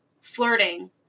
flirting